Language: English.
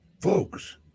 folks